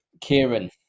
kieran